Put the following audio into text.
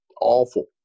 awful